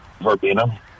verbena